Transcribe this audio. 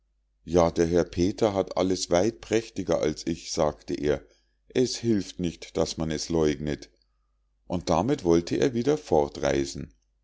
ja der herr peter hat alles weit prächtiger als ich sagte er es hilft nicht daß man es leugnet und damit wollte er wieder